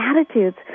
attitudes